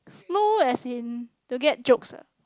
no as in to get jokes ah